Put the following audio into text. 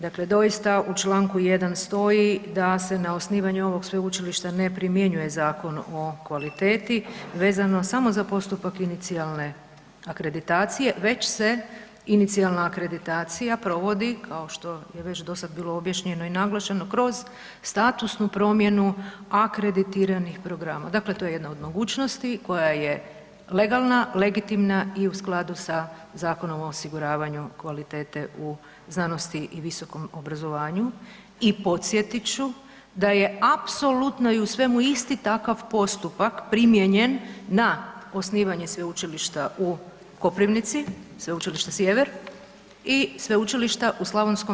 Dakle doista u čl. 1. stoji da se na osnivanju ovog sveučilišta ne primjenjuje Zakon o kvaliteti vezano samo za postupak inicijalne akreditacije već se inicijalna akreditacija kao što je već dosad bilo objašnjeno i naglašeno, kroz statusnu promjenu akreditiranih programa, dakle to je jedna od mogućnosti koja je legalna, legitimna i u skladu sa Zakonom o osiguravanju kvalitete u znanosti i visokom obrazovanju i podsjetit ću da je apsolutno i u svemu isti takav postupak primijenjen na osnivanje Sveučilišta u Koprivnici, Sveučilište Sjever i Sveučilišta u Sl.